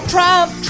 Trump